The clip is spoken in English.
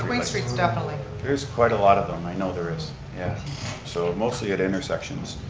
for queens street definitely. there's quite a lot of them. i know there is, yeah so mostly at intersections.